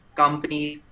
companies